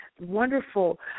wonderful